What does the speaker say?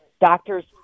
doctors